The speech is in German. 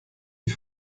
die